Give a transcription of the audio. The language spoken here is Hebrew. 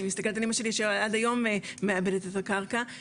אני מסתכלת על אמא שלי שעד היום מעבדת את הקרקע,